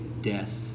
death